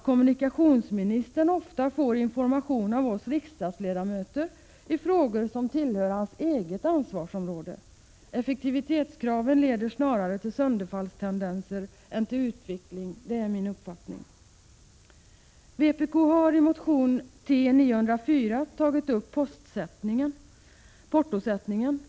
Kommunikationsministern får t.o.m. ofta information av oss riksdagsledamöter i frågor som tillhör hans eget ansvarsområde — effektivitetskraven leder snarare till sönderfallstendenser än till utveckling. Det är min uppfattning. Vpk har i motion T904 tagit upp portosättningen.